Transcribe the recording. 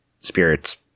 spirits